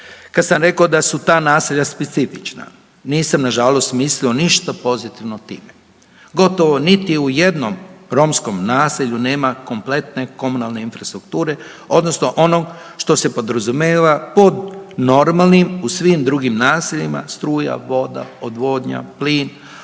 Kad sam rekao da su ta naselja specifična nisam nažalost mislio ništa pozitivno time. Gotovo niti u jednom romskom naselju nema kompletne komunalne infrastrukture odnosno onog što se podrazumijeva pod normalnim u svim drugim naseljima struja, voda, odvodnja, plin,